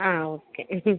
ആ ഓക്കെ